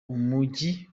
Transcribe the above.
umujyi